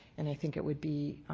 and i think it would be